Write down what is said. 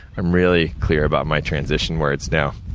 i'm really clear about my transition words now.